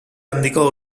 handiko